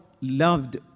loved